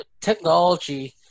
technology –